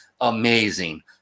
amazing